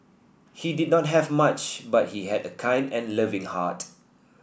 he did not have much but he had a kind and loving heart